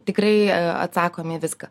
tikrai atsakom į viską